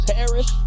Paris